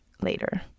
later